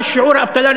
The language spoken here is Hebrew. למה שיעור האבטלה,